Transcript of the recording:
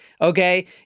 Okay